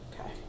Okay